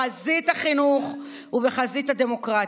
בחזית החינוך ובחזית הדמוקרטית.